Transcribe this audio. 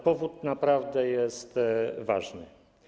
Powód naprawdę jest ważny.